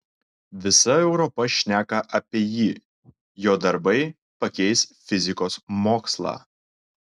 visa europa šneka apie jį jo darbai pakeis fizikos mokslą